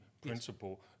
principle